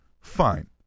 fine